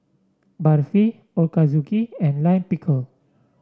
Barfi Ochazuke and Lime Pickle